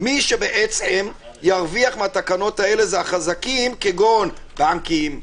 מי שירוויח מהתקנות האלה זה החזקים כמו בנקים,